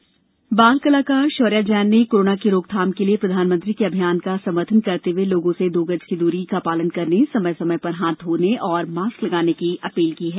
जन आंदोलन बाल कलाकार शौर्या जैन ने कोरोना की रोकथाम के लिये प्रधानमंत्री के अभियान का समर्थन करते हुए लोगों से दो गज की दूरी का पालन करने समय समय पर हाथ धोने और मास्क लगाने की अपील की है